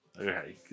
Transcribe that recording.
Okay